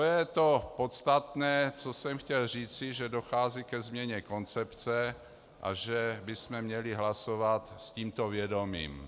To je to podstatné, co jsem chtěl říci, že dochází ke změně koncepce a že bychom měli hlasovat s tímto vědomím.